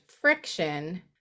friction